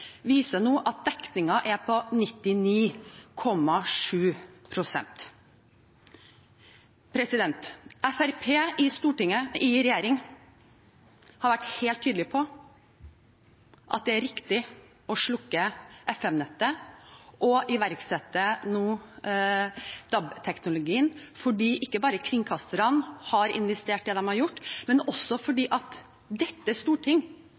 viser nå at dekningen er på 99,7 pst. Fremskrittspartiet i regjering har vært helt tydelig på at det er riktig å slukke FM-nettet og nå iverksette DAB-teknologien, ikke bare fordi kringkasterne har investert det de har gjort, men også fordi dette storting